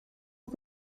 aux